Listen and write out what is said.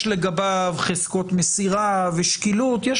יש לגביו חזקות מסירה ושקילות ויש